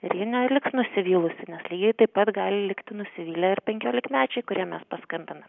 ir ji neliks nusivylusi nes lygiai taip pat gali likti nusivylę ir penkiolikmečiai kuriem mes paskambinam